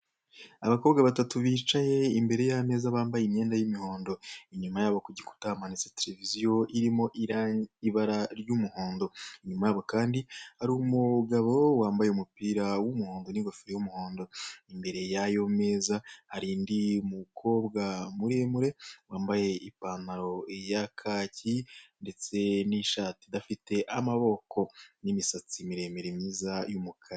Abakobwa batatu bicaye imbere y'ameza bambaye imyenda y'imihondo, inyuma y'aho kugikuta hamanitse tereviziyo irimo ibara ry'umuhondo. Inyuma y'aho Kandi hari umugabo wambaye umupira w'umuhondo n'ingofero y'umuhondo. Imbere yayo meza har'undi mukobwa muremure wambaye ipantaro ya kacyi ndetse n'ishati idafite amaboko, imisatsi miremire myiza y'umukara.